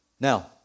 Now